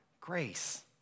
grace